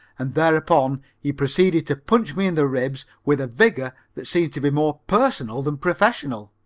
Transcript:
and thereupon he proceeded to punch me in the ribs with a vigor that seemed to be more personal than professional.